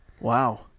Wow